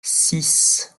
six